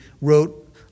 wrote